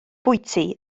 bwyty